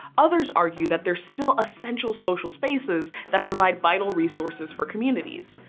others argue that they're still essential social spaces that provide vital resources for communities.